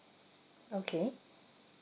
okay